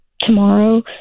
Tomorrow